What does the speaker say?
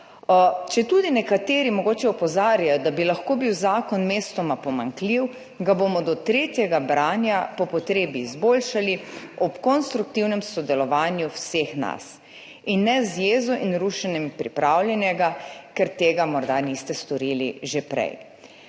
Četudi nekateri mogoče opozarjajo, da bi lahko bil zakon mestoma pomanjkljiv, ga bomo do tretjega branja po potrebi izboljšali ob konstruktivnem sodelovanju vseh nas, in ne z jezo in rušenjem pripravljenega, ker tega morda niste storili že prej.